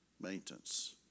maintenance